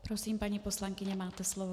Prosím, paní poslankyně, máte slovo.